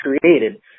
created